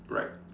right